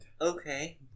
Okay